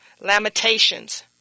Lamentations